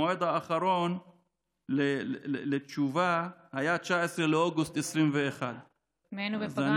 המועד האחרון לתשובה היה 19 באוגוסט 2021. היינו בפגרה.